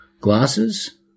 glasses